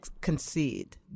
concede